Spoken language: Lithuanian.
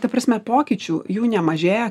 ta prasme pokyčių jų nemažėja